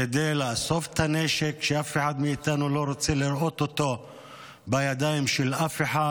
כדי לאסוף את הנשק שאף אחד מאיתנו לא רוצה לראות אותו בידיים של אף אחד.